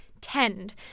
tend